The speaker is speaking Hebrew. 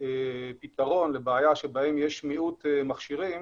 פתרון לבעיה כשיש מיעוט מכשירים,